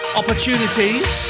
opportunities